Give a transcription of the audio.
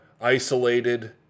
isolated